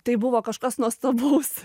tai buvo kažkas nuostabaus